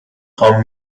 خوام